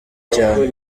cyane